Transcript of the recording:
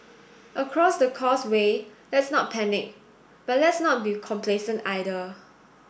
across the causeway let's not panic but let's not be complacent either